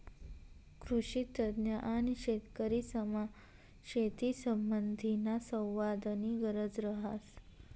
कृषीतज्ञ आणि शेतकरीसमा शेतीसंबंधीना संवादनी गरज रहास